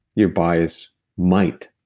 your bias might,